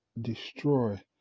Destroy